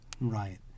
Right